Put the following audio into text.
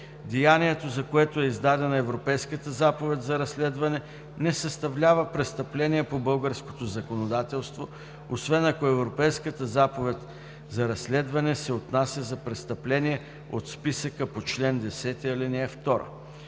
деянието, за което е издадена Европейската заповед за разследване, не съставлява престъпление по българското законодателство, освен ако Европейската заповед за разследване се отнася за престъпление от списъка по чл. 10, ал. 2;